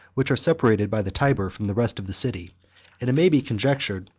which are separated by the tyber from the rest of the city and it may be conjectured,